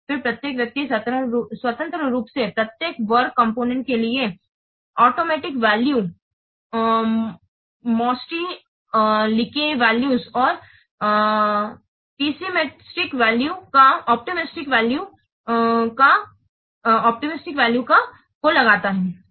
फिर प्रत्येक व्यक्ति स्वतंत्र रूप से प्रत्येक वर्क कॉम्पोनेन्ट के लिए optimistic value most likely value और पसिमिस्टिक वैल्यू का estimation optimistic value most likely value or pessimistic value ka estimation लगाता है